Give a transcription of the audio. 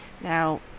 Now